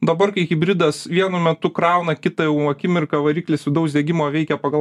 dabar kai hibridas vienu metu krauna kitą jau akimirką variklis vidaus degimo veikia pagal